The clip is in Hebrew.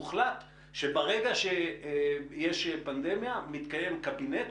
הוחלט שברגע שיש פנדמיה מתקיים קבינט,